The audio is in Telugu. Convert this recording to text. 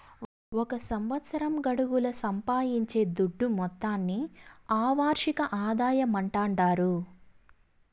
ఒక సంవత్సరం గడువుల సంపాయించే దుడ్డు మొత్తాన్ని ఆ వార్షిక ఆదాయమంటాండారు